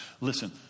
Listen